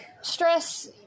Stress